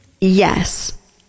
Yes